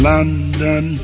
London